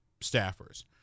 staffers